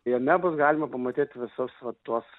jame bus galima pamatyt visus va tuos